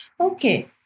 Okay